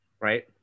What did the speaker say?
right